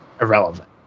irrelevant